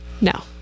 No